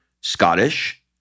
Scottish